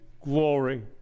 glory